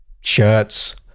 shirts